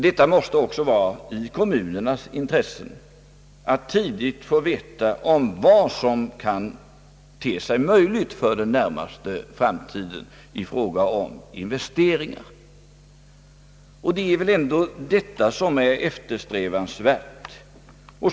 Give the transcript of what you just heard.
Det måste också ligga i kommunernas intresse att tidigt få kännedom om vilka investeringar som kan te sig möjliga för den närmaste framtiden. Det är väl ändå detta som är eftersträvansvärt.